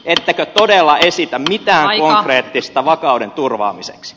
ettekö todella esitä mitään konkreettista vakauden turvaamiseksi